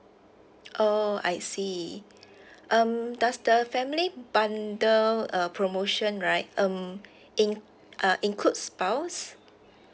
oh I see um does the family bundle uh promotion right um in~ uh include spouse